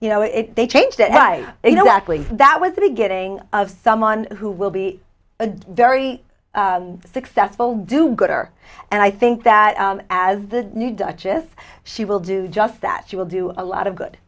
you know it they changed it i you know actually that was the beginning of someone who will be a very successful do gooder and i think that as the new duchess she will do just that she will do a lot of good